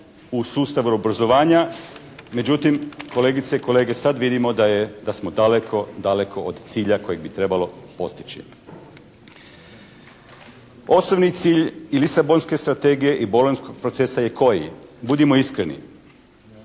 u sustavu obrazovanja. međutim, kolegice i kolege, sad vidimo da smo daleko, daleko od cilja kojeg bi trebalo postići. Osnovni cilj i Lisabonske strategije i Bolonjskog procesa je koji? Budimo iskreni.